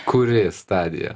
kuri stadija